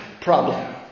problem